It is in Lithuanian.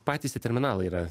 patys tie terminalai yra